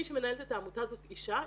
מי שמנהלת את העמותה זאת אישה,